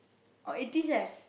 or Eighteen-Chefs